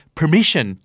permission